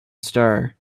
star